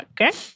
okay